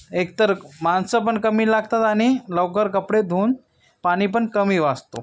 एकतर माणसं पण कमी लागतात आणि लवकर कपडे धुवून पाणी पण कमी वाचतो